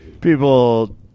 people